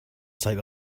sight